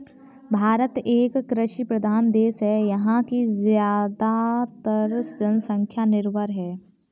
भारत एक कृषि प्रधान देश है यहाँ की ज़्यादातर जनसंख्या निर्भर है